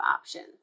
options